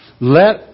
Let